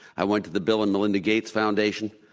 i went to the bill and melinda gates foundation,